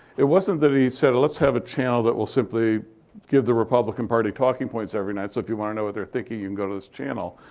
it wasn't that he said, let's have a channel that will simply give the republican party talking points every night. so if you want to know what they're thinking, you can go to this channel.